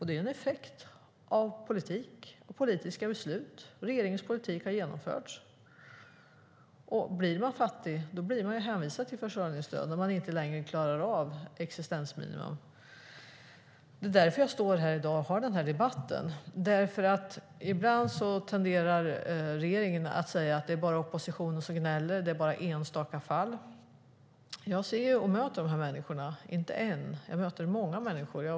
Det är en effekt av politik och politiska beslut och hur regeringens politik har genomförts. Blir man fattig blir man hänvisad till försörjningsstöd när man inte längre klarar existensminimum. Det är därför jag står här i dag och har den här debatten. Ibland tenderar nämligen regeringen att säga att det bara är oppositionen som gnäller, att det bara är enstaka fall. Jag ser och möter ju de här människorna. Det är inte en utan många människor jag möter.